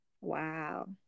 Wow